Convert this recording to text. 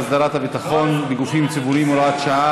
ביטול התנאי לעניין מגורים עם בן משפחה מטפל),